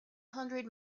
hundred